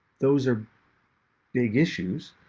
those are big issues.